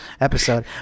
episode